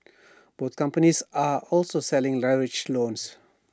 both companies are also selling leveraged loans